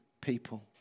people